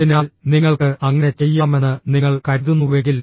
അതിനാൽ നിങ്ങൾക്ക് അങ്ങനെ ചെയ്യാമെന്ന് നിങ്ങൾ കരുതുന്നുവെങ്കിൽ